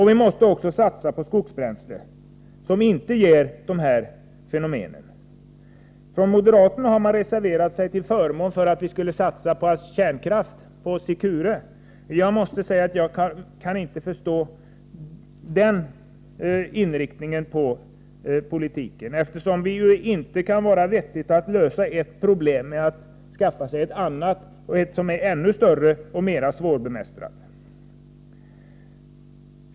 Vi måste också satsa på skogsbränslen, som inte medför försurning. Från moderaterna har man reserverat sig till förmån för en satsning på kärnkraft, på Secure. Jag måste säga att jag inte kan förstå den inriktningen av politiken. Det kan inte vara vettigt att lösa ett visst problem genom att skaffa sig ett annat som är ännu större och mer svårbemästrat.